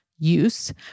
use